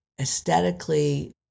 aesthetically